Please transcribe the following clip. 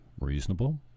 reasonable